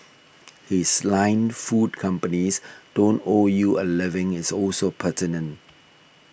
his line food companies don't owe you a living is also pertinent